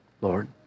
Lord